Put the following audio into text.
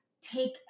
take